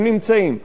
הם נמצאים.